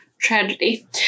Tragedy